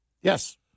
yes